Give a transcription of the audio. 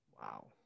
Wow